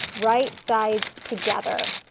right sides together.